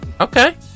Okay